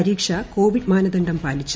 പരീക്ഷ കോവിഡ് മാനദണ്ഡം പാലിച്ച്